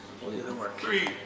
Three